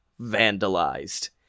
Vandalized